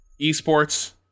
esports